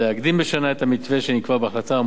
בשנה את המתווה שנקבע בהחלטה האמורה,